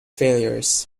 failures